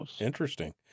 Interesting